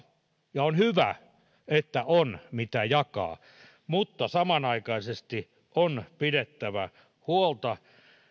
ja on hyvä että on mitä jakaa mutta samanaikaisesti on pidettävä huolta